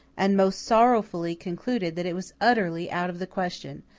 and most sorrowfully concluded that it was utterly out of the question,